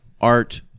art